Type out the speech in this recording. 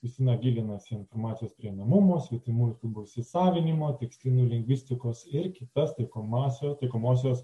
justina gilinasi į informacijos prieinamumo svetimųjų kalbų įsisavinimo tekstynų lingvistikos ir kitas taikomąsia taikomosios